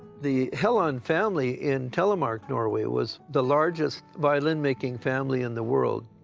the helland family in telemark, norway was the largest violin making family in the world,